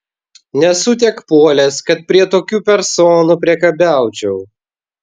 nesu tiek puolęs kad prie tokių personų priekabiaučiau